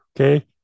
Okay